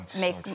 make